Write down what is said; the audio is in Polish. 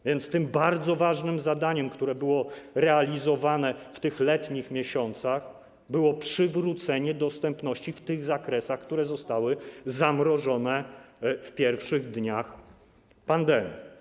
A więc tym bardzo ważnym zadaniem, które było realizowane w tych letnich miesiącach, było przywrócenie dostępności w tych zakresach, które zostały zamrożone w pierwszych dniach pandemii.